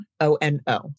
O-N-O